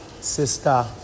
sister